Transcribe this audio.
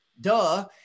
duh